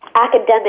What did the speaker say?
academic